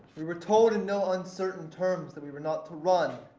we were told in no uncertain terms that we were not to run,